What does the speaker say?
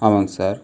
ஆமாங்க சார்